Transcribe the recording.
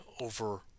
over